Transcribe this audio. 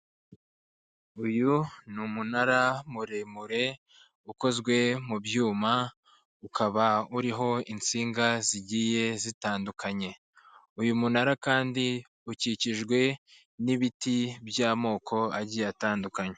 Uyu umunara muremure, ukozwe mu byuma, ukaba uriho insinga zigiye zitandukanye, uyu munara kandi ukikijwe n'ibiti by'amoko agiye atandukanye.